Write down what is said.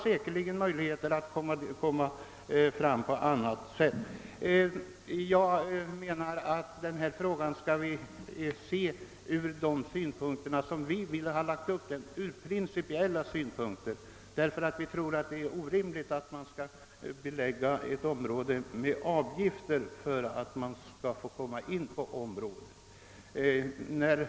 Säkerligen har de möjligheter att komma dit oavsett om inträdet är avgiftsbelagt eller ej. Jag menar att man, som vi gjort, bör anlägga principiella synpunkter på denna fråga, ty vi tycker det är orimligt att kräva en avgift för att låta någon komma in på området.